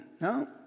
No